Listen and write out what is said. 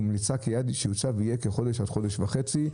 וממליצה כי היעד שיוצב יהיה כחודש עד חודש וחצי.